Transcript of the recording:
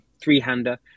three-hander